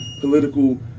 political